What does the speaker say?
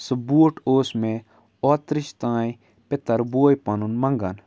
سُہ بوٗٹ اوس مےٚ اوترٕچ تام پِتَر بوے پَنُن منٛگان